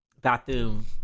bathroom